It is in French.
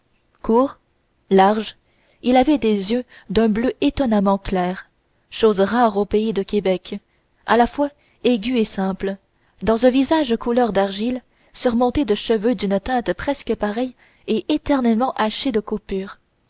court large il avait des yeux d'un bleu étonnamment clair chose rare au pays de québec à la fois aigus et simples dans un visage couleur d'argile surmonté de cheveux d'une teinte presque pareille et éternellement haché de coupures